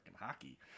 hockey